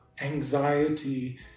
anxiety